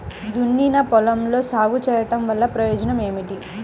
దున్నిన పొలంలో సాగు చేయడం వల్ల ప్రయోజనం ఏమిటి?